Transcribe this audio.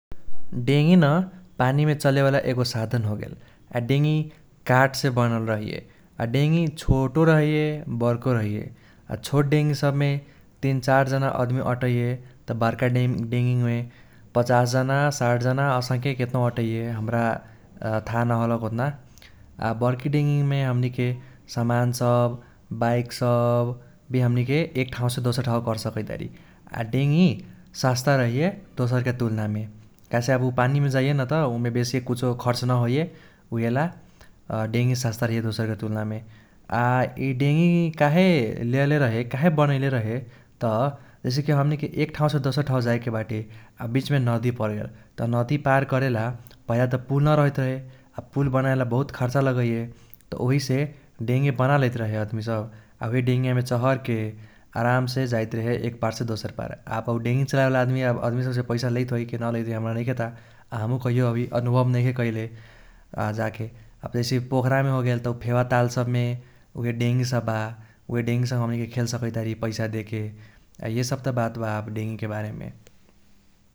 देंगी न पानिमे चलेवाला एगो साधन होगेल । आ देंगी काठसे बनल रहैये । आ देंगी छोटो रहैये बर्को रहैये । आ छोट देंगी सबमे तीन चार जाना अदमी अटैये त बर्का देंगीमे पाचास जाना साठ जाना असंके केतनो अटैये हम्रा थाह न होलक ओत्ना। आ बर्कि देंगीमे हमनीके समान सब बाइक सब भी हमनीके एक ठाउसे दोसर ठाउ कार सकैतारी । आ देंगी सस्ता रहैये दोसरके तुल्नामे काहेसे आब उ पानिमे जाइये न त उमे बेसी कुछो खर्च न होइये उइहेला देंगी सस्ता रहैये दोसरके तुल्नामे । आ इ देंगी काहे ल्ययेले रहे काहे बनैले रहे त जैसे कि हमनीके एक ठाउसे दोसर ठाउ जाएके बाटे आ बीचमे नदी पर्गेल त नदी पार करेला पहिला त पुल न रहैत रहे, आब पुल बनाएला बहुत खर्चा लगैये त ओहिसे देंगी बनालेइत रहे अदमी सब आ उइहे देंगीयामे चहरके आरामसे जाइत रहे एक पारसे दोसर पार । आब हौ देंगी चलाएबाला अदमीया अदमी सबसे पैसा बलेइत होइ कि नलेइत होइ हम्रा नैखे थाह । आ हमहू कहियो अभी अनुभव नैखे कैले जाके। आब जैसे पोखरामे होगेल त उ फेवा ताल सबमे उइहे देंगी सब बा । उइहे देंगी सब हमनीके खेल सकैतारी पैसा देके । आ इहेसब त बात बा आब देंगीके बारेमे ।